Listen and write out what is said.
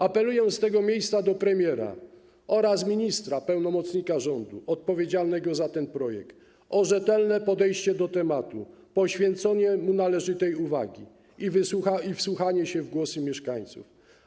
Apeluję z tego miejsca do premiera oraz ministra pełnomocnika rządu odpowiedzialnego za ten projekt o rzetelne podejście do tematu, o poświęcenie mu należytej uwagi i wsłuchanie się w głosy mieszkańców.